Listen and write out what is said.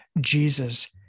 Jesus